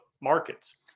markets